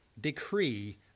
decree